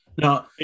No